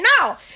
No